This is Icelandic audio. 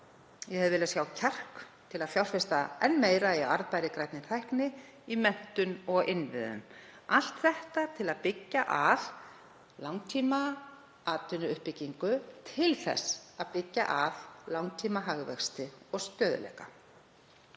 Ég hefði viljað sjá kjark til að fjárfesta enn meira í arðbæri grænni tækni, í menntun og innviðum. Allt þetta til að stuðla að langtímaatvinnuuppbyggingu til þess að stefna að langtímahagvexti og stöðugleika.